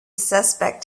suspect